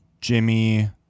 Jimmy